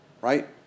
right